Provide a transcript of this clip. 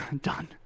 done